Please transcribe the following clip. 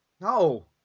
No